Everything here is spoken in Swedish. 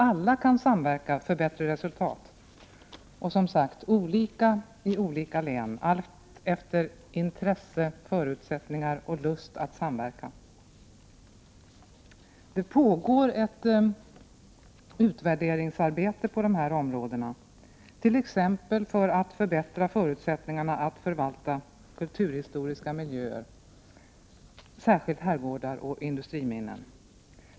Alla kan samverka för bättre resultat — och som sagt olika i olika län alltefter intresse, förutsättningar och lust att samverka. Det pågår ett utvärderingsarbete på dessa områden, t.ex. för att förbättra förutsättningarna att förvalta kulturhistoriska miljöer, särskilt herrgårdar och industriminnen.